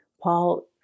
Paul